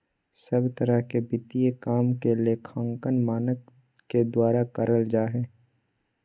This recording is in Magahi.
सब तरह के वित्तीय काम के लेखांकन मानक के द्वारा करल जा हय